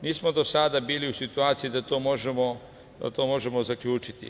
Mi smo do sada bili u situaciji da to možemo zaključiti.